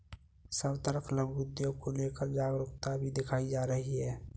सब तरफ लघु उद्योग को लेकर जागरूकता भी दिखाई जा रही है